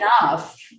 enough